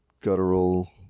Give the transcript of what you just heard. guttural